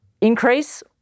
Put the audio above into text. increase